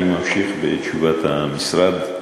אני ממשיך בתשובת המשרד: